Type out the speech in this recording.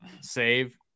Save